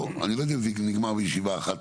הרי אני לא יודע אם זה נגמר בישיבה אחת.